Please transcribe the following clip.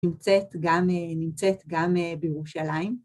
‫נמצאת גם אה.. נמצאת גם בירושלים.